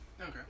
Okay